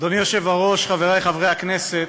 אדוני היושב-ראש, חברי חברי הכנסת,